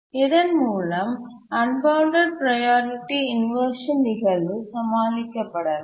இதன் மூலம் unbounded priority inversion நிகழ்வு சமாளிக்கப்படலாம்